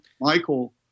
Michael